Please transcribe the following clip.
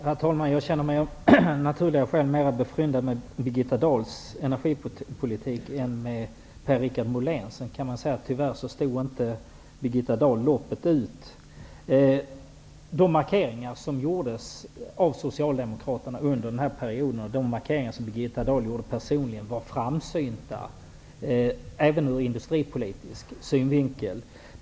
Herr talman! Jag känner mig av naturliga skäl mera befryndad med Birgitta Dahls energipolitik än med Per-Richard Moléns, även om Birgitta Dahl tyvärr inte stod loppet ut. De markeringar som gjordes av Socialdemokraterna och av Birgitta Dahl personligen under den socialdemokratiska regeringsperioden var framsynta även ur energipolitisk synvinkel.